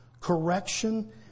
correction